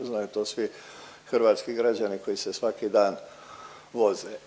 znaju to svi hrvatski građani koji se svaki dan voze.